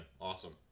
awesome